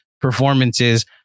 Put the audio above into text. performances